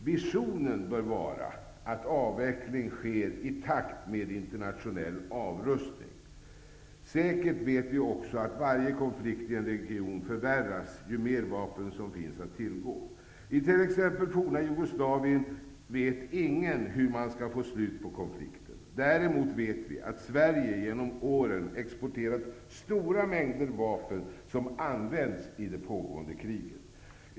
Visionen bör vara att avveckling sker i takt med internationell avrustning. Säkert vet vi också att varje konflikt i en region förvärras ju mer vapen som finns att tillgå. I t.ex. det forna Jugoslavien vet ingen hur man skall få slut på konflikten. Däremot vet vi att Sverige genom åren har exporterat stora mängder vapen, som används i det pågående kriget.